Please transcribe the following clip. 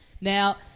Now